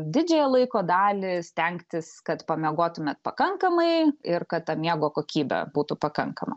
didžiąją laiko dalį stengtis kad pamiegotumėt pakankamai ir kad ta miego kokybė būtų pakankama